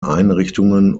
einrichtungen